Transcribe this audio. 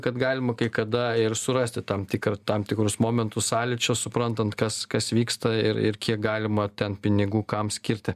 kad galima kai kada ir surasti tam tikrą tam tikrus momentus sąlyčio suprantant kas kas vyksta ir ir kiek galima ten pinigų kam skirti